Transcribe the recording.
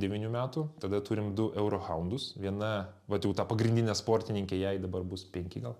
devynių metų tada turim du euro handus viena vat jau ta pagrindinė sportininkė jai dabar bus penki gal